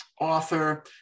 author